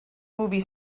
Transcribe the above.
movie